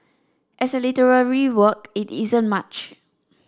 as a literary work it isn't much